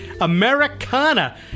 Americana